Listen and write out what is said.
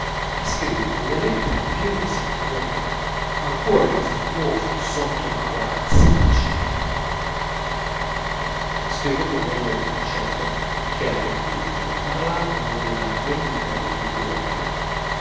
e scrive delle lettere piene di sentimento ha un cuore affettuoso sotto una corazza d'acciaio spiegò poi meglio il concetto che ha del pubblico parlando della vendita dei libri a parigi